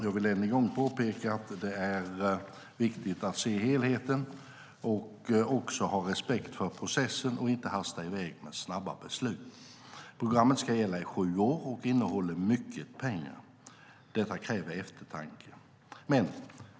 Jag vill än en gång påpeka att det är viktigt att se helheten och att ha respekt för processen, inte hasta i väg med snabba beslut. Programmet ska gälla i sju år och innehåller mycket pengar. Detta kräver eftertanke.